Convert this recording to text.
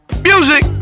Music